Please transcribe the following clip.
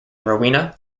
rowena